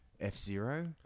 F-Zero